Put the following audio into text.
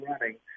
running